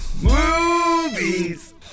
movies